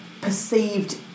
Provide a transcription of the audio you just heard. perceived